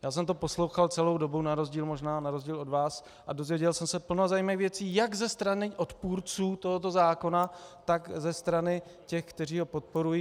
Já jsem to poslouchal celou dobu, na rozdíl možná od vás, a dozvěděl jsem se plno zajímavých věcí jak ze strany odpůrců tohoto zákona, tak ze strany těch, kteří ho podporují.